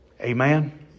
Amen